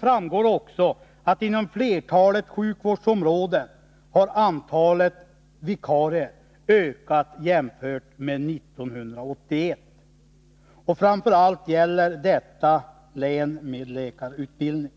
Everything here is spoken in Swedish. framgår av artikeln att antalet vikarier inom flertalet sjukvårdsområden nu har ökat jämfört med 1981. Framför allt gäller det län med läkarutbildning.